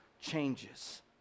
changes